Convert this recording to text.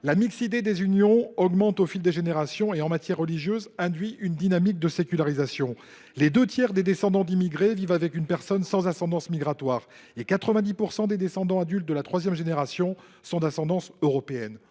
la mixité des unions augmente au fil des générations et, en matière religieuse, induit une dynamique de sécularisation ; deux tiers des descendants d’immigrés vivent avec une personne sans ascendance migratoire et 90 % des descendants adultes de la troisième génération sont d’ascendance européenne.